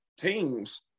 teams